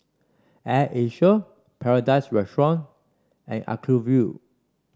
Air Asia Paradise Restaurant and Acuvue